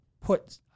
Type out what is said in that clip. put